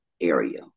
area